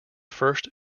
first